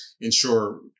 ensure